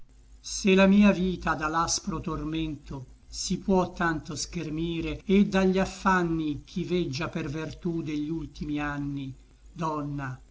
se la mia vita da l'aspro tormento si può tanto schermire et dagli affanni ch'i veggia per vertù de gli ultimi anni donna